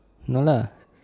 no lah